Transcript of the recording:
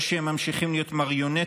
או שהם ממשיכים להיות מריונטות